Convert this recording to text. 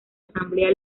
asamblea